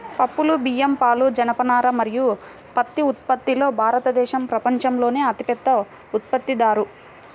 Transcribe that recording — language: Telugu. పప్పులు, బియ్యం, పాలు, జనపనార మరియు పత్తి ఉత్పత్తిలో భారతదేశం ప్రపంచంలోనే అతిపెద్ద ఉత్పత్తిదారు